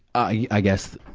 i guess,